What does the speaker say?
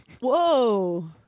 Whoa